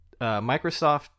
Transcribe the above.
Microsoft